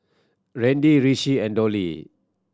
Randy Rishi and Dolly